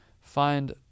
find